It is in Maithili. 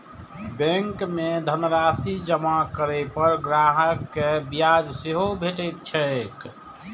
बैंक मे धनराशि जमा करै पर ग्राहक कें ब्याज सेहो भेटैत छैक